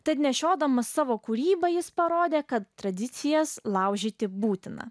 tad nešiodamas savo kūrybą jis parodė kad tradicijas laužyti būtina